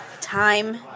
time